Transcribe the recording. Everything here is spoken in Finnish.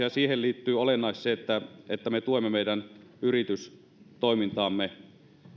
ja siihen liittyy olennaisesti se että me tuemme meidän yritystoimintaamme